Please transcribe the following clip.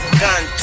gun